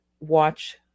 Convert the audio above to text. watch